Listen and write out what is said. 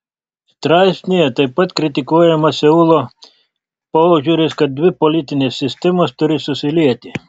straipsnyje taip pat kritikuojamas seulo požiūris kad dvi politinės sistemos turi susilieti